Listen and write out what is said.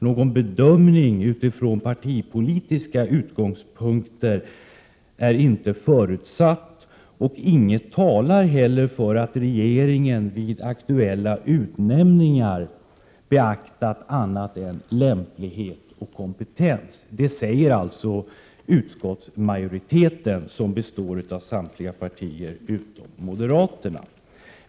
Någon bedömning utifrån partipolitiska utgångspunkter är inte förutsatt och inget talar heller för att regeringen vid aktuella utnämningar beaktat annat än lämplighet och kompetens.” Det säger utskottsmajoriteten, som alltså består av samtliga partier utom moderaterna.